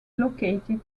located